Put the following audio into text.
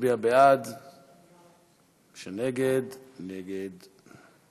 יצביע בעד, מי שנגד, נגד.